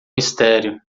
mistério